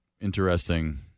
interesting